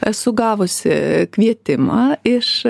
esu gavusi kvietimą iš